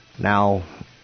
Now